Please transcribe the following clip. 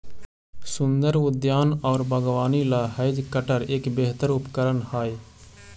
सुन्दर उद्यान और बागवानी ला हैज कटर एक बेहतर उपकरण हाई